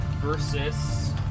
versus